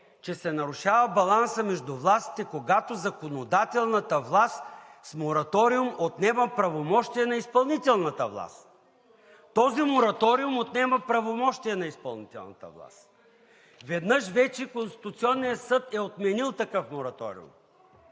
че се нарушава балансът между властите, когато законодателната власт с мораториум отнема правомощия на изпълнителната власт. Този мораториум отнема правомощия на изпълнителната власт. Веднъж вече Конституционният съд е отменил такъв мораториум.